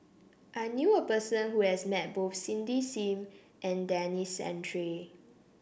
I knew a person who has met both Cindy Sim and Denis Santry